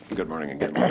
good morning again,